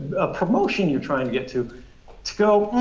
a promotion, you're trying to get to to go